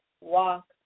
walk